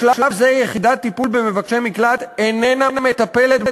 בשלב זה יחידת טיפול במבקשי מקלט איננה מטפלת